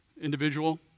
individual